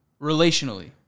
relationally